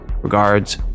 Regards